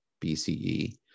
BCE